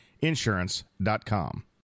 insurance.com